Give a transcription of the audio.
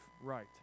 right